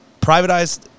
privatized